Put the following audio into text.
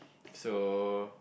so